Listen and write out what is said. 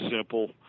simple